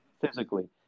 physically